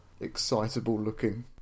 excitable-looking